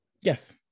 Yes